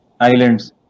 Islands